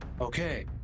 Okay